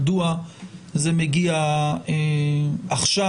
מדוע זה מגיע עכשיו,